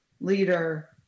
leader